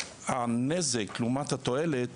הנזק לעומת התועלת